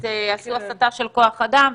עשו הסטה של כוח אדם,